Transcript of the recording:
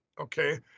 Okay